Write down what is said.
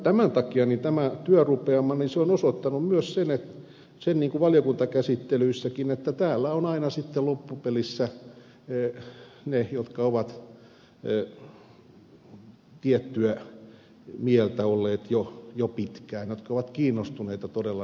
tämän takia tämä työrupeama on osoittanut myös sen niin kuin valiokuntakäsittelyissäkin että täällä ovat aina sitten loppupeleissä ne jotka ovat tiettyä mieltä olleet jo pitkään jotka ovat todella kiinnostuneita näistä kysymyksistä